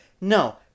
No